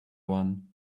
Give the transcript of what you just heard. one